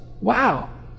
Wow